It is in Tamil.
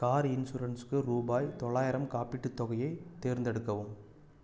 கார் இன்சூரன்ஸுக்கு ரூபாய் தொள்ளாயிரம் காப்பீட்டுத் தொகையை தேர்ந்தெடுக்கவும்